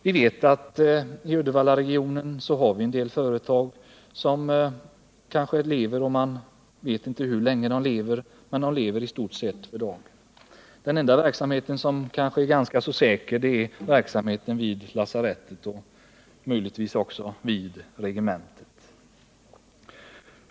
Vi vet att i Uddevallaregionen finns en del företag som lever i stort sett för dagen. Den enda verksamhet som är ganska säker är verksamheten vid lasarettet och möjligen också vid regementet.